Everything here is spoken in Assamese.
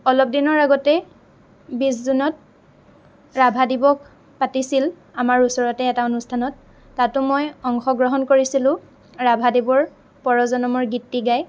অলপ দিনৰ আগতে বিশ জুনত ৰাভা দিৱস পাতিছিল আমাৰ ওচৰতে এটা অনুষ্ঠানত তাতো মই অংশগ্ৰহণ কৰিছিলোঁ ৰাভাদেৱৰ পৰজনমৰ গীতটি গাই